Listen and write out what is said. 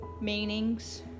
meanings